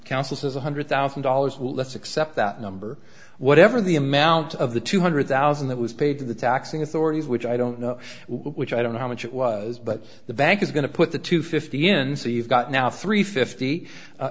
council says one hundred thousand dollars well let's accept that number whatever the amount of the two hundred thousand that was paid to the taxing authority which i don't know which i don't know how much it was but the bank is going to put the two fifty end so you've got now three fifty